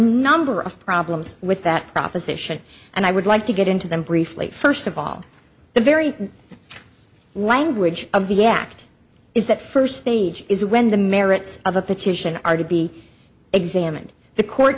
number of problems with that proposition and i would like to get into them briefly first of all the very language of the act is that first stage is when the merits of a petition are to be examined the court